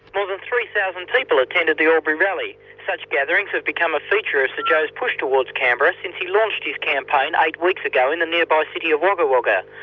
kind of three thousand people attended the albury rally. such gatherings have become a feature as the joh's push towards canberra since he launched his campaign eight weeks ago in the nearby city of wagga wagga.